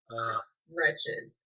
wretched